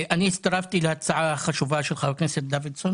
אני הצטרפתי להצעה החשובה של חבר הכנסת דוידסון